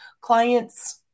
clients